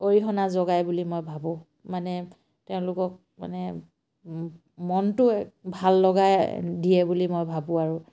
অৰিহণা যোগায় বুলি মই ভাবোঁ মানে তেওঁলোকক মানে মনটো এক ভাল লগাই দিয়ে বুলি মই ভাবোঁ আৰু